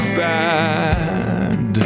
bad